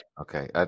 Okay